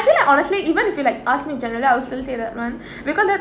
feel like honestly even if you feel like ask me in general I would still say that one because that's